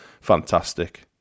Fantastic